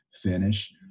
finish